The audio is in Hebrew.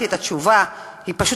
ואת שר האוצר,